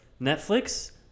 Netflix